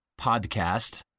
podcast